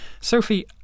sophie